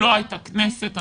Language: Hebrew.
לא הייתה כנסת,